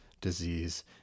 disease